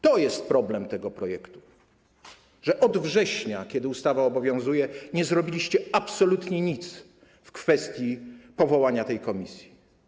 To jest problem co do tego projektu, że od września, kiedy ustawa obowiązuje, nie zrobiliście absolutnie nic w kwestii powołania tej komisji.